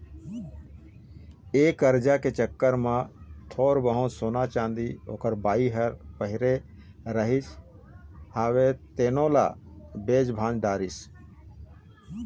ये करजा के चक्कर म थोर बहुत सोना, चाँदी ओखर बाई ह पहिरे रिहिस हवय तेनो ल बेच भांज डरिस